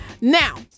Now